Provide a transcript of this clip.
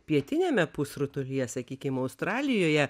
pietiniame pusrutulyje sakykim australijoje